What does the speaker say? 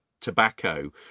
tobacco